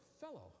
fellow